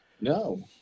No